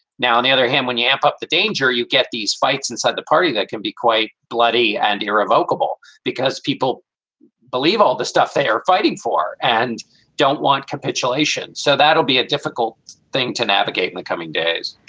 now, on the other hand, when you amp up the danger, you get these fights inside the party that can be quite bloody and irrevocable because people believe all the stuff they are fighting for and don't want capitulation. so that'll be a difficult thing to navigate in the coming days